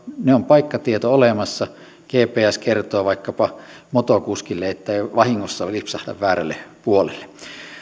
niistä on paikkatieto olemassa gps kertoo vaikkapa motokuskille ettei vahingossa lipsahda väärälle puolelle